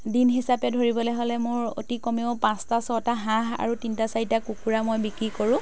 দিন হিচাপে ধৰিবলৈ হ'লে মোৰ অতি কমেও পাঁচটা ছটা হাঁহ আৰু তিনিটা চাৰিটা কুকুৰা মই বিক্ৰী কৰোঁ